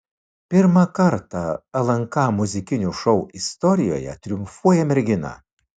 pirmą kartą lnk muzikinių šou istorijoje triumfuoja mergina